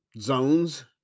zones